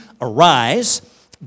Arise